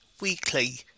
weekly